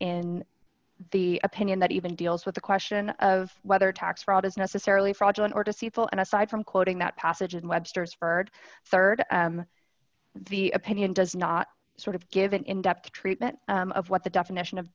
in the opinion that even deals with the question of whether tax fraud is necessarily fraudulent or deceitful and aside from quoting that passage in webster's furred rd the opinion does not sort of give an in depth treatment of what the definition of